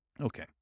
Okay